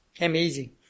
Amazing